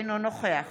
אינו נוכח